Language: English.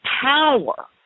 power